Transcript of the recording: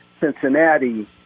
Cincinnati